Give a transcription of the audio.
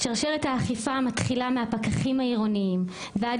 שרשרת האכיפה מתחילה מהפקחים העירוניים ועד